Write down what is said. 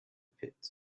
pit